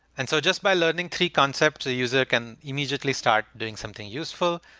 and so just by learning three concepts, the user can immediately start doing something useful.